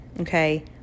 okay